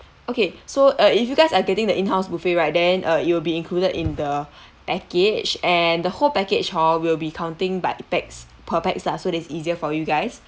okay so uh if you guys are getting the in house buffet right then uh it will be included in the package and the whole package hor we'll be counting by pax per pax lah so that it's easier for you guys